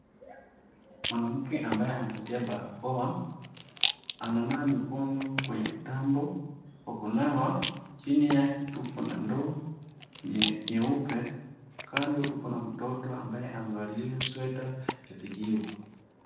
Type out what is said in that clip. Mwanamke ambaye amevalia barakoa ananawa mikono kwenye mtambo. Kwa kunawa chini yake tuko na ndoo nyeupe kando tuko na mtoto ambaye amevalia sweta la kijivu.